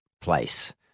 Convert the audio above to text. place